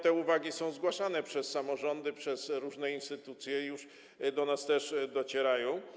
Te uwagi są zgłaszane przez samorządy, przez różne instytucje i też do nas docierają.